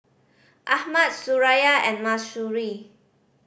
Ahmad Suraya and Mahsuri